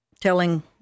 telling